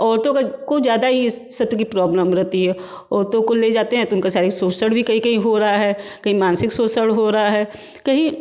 औरतों का कुछ ज़्यादा ही की प्रॉब्लम रहती है औरतों को ले जाते हैं तो उनका शारीरिक शोषण भी कहीं कहीं हो रहा है कहीं मानसिक शोषण हो रहा है कहीं